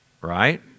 right